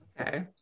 okay